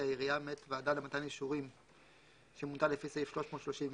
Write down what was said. העירייה מאת ועדה למתן אישורים שמונתה לפי סעיף 330יא